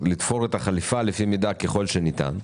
לתפור את החליפה לפי מידה ככל שניתן,